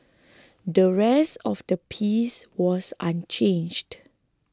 the rest of the piece was unchanged